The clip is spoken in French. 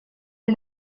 est